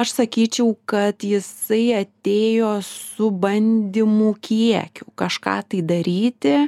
aš sakyčiau kad jisai atėjo su bandymų kiekių kažką tai daryti